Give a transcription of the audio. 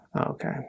Okay